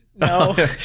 No